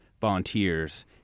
volunteers